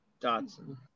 Dotson